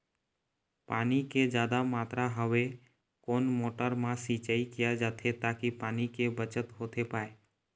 पानी के जादा मात्रा हवे कोन मोटर मा सिचाई किया जाथे ताकि पानी के बचत होथे पाए?